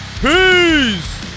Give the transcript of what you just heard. Peace